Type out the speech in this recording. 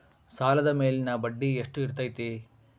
ಸಾಲದ ಮೇಲಿನ ಬಡ್ಡಿ ಎಷ್ಟು ಇರ್ತೈತೆ?